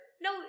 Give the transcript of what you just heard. No